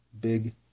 big